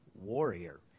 Warrior